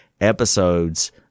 episodes